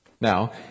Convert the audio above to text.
Now